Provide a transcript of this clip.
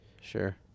Sure